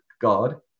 God